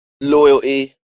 loyalty